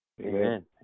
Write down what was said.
amen